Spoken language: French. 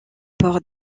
port